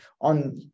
On